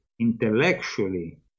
intellectually